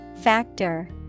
Factor